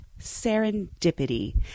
serendipity